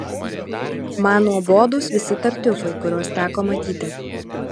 man nuobodūs visi tartiufai kuriuos teko matyti